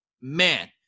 man